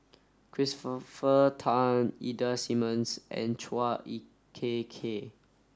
Christopher Tan Ida Simmons and Chua Ek Kay